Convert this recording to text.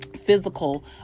physical